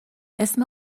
اسم